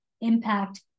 impact